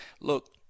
Look